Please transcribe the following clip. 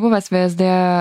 buvęs vsd